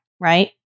right